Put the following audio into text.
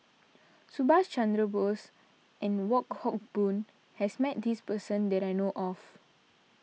Subhas Chandra Bose and Wong Hock Boon has met this person that I know of